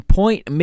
point